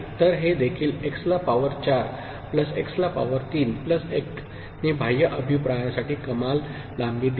तर हे देखील एक्स ला पॉवर 4 प्लस एक्स ला पॉवर 3 प्लस 1 ने बाह्य अभिप्रायासाठी कमाल लांबी दिली